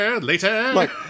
later